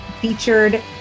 featured